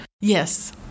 Yes